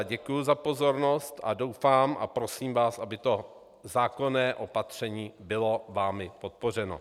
Děkuji vám za pozornost a doufám a prosím vás, aby to zákonné opatření bylo vámi podpořeno.